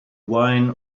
wine